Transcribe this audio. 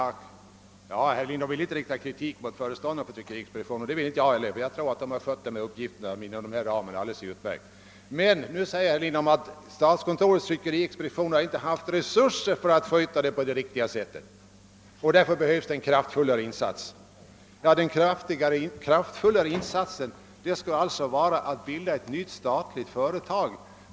Herr Lindholm ville inte rikta kritik mot föreståndaren för = tryckeriexpeditionen, och det skall inte jag heller göra — jag tror att han har skött sin uppgift utmärkt inom ramen för de resurser som finns. Men herr Lindholm säger, att just därför att statskontorets tryckeriexpedition icke haft resurser för att sköta uppgifterna på ett riktigt sätt behövs det en kraftfullare insats. Denna kraftfullare insats skulle alltså vara att bilda ett nytt statligt företag!